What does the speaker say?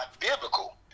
biblical